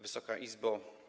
Wysoka Izbo!